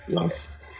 Yes